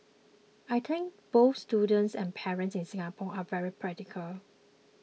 I think both students and parents in Singapore are very practical